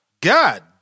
God